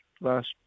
last